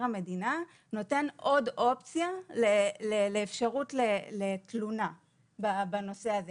המדינה נותן עוד אופציה לאפשרות לתלונה בנושא הזה.